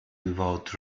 without